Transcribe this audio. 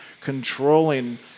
controlling